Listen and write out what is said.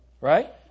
right